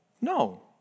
No